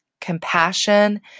compassion